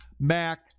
mac